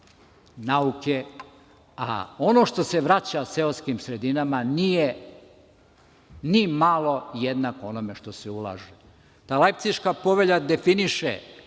nauke, a ono što se vraća seoskim sredinama nije ni malo jednako onome što se ulaže. Ta Lajpciška povelja definiše